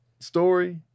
Story